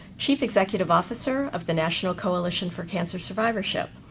chief executive officer of the national coalition for cancer survivorship.